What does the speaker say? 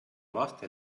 laste